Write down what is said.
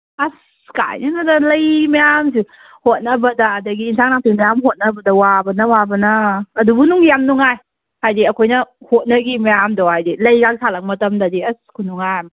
ꯑꯁ ꯀꯥꯏꯗꯩꯅꯣꯗ ꯂꯩ ꯃꯌꯥꯝꯁꯦ ꯍꯣꯠꯅꯕꯗ ꯑꯗꯨꯗꯒꯤ ꯖꯦꯟꯁꯥꯡ ꯅꯥꯄꯤ ꯃꯌꯥꯝ ꯍꯣꯠꯅꯕꯗ ꯋꯥꯕꯅ ꯋꯥꯕꯅ ꯑꯗꯨꯕꯨ ꯅꯨꯡꯗꯤ ꯌꯥꯝꯅ ꯅꯨꯉꯥꯏ ꯍꯥꯏꯗꯤ ꯑꯩꯈꯣꯏꯅ ꯍꯣꯠꯅꯈꯤꯕ ꯃꯌꯥꯝꯗꯣ ꯍꯥꯏꯗꯤ ꯂꯩ ꯉꯛꯇ ꯁꯥꯠꯂꯛꯄ ꯃꯇꯝꯗꯗꯤ ꯑꯁ ꯈꯨꯅꯨꯡꯉꯥꯏꯑꯃ